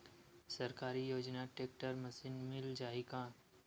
सरकारी योजना tractor machine मिल जाही का?